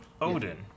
Odin